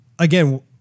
again